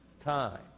time